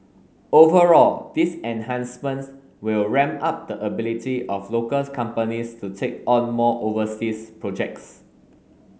overall these enhancements will ramp up the ability of locals companies to take on more overseas projects